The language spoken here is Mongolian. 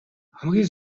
хамгийн